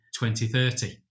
2030